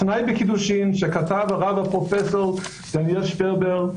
תנאי בקידושין שכתב הרב הפרופ' דניאל שפרבר,